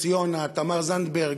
יוסי יונה, תמר זנדברג,